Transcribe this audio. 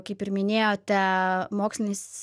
kaip ir minėjote mokslinis